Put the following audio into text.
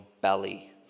belly